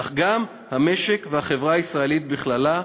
אך גם המשק והחברה הישראלית בכללה,